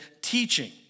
teaching